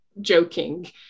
joking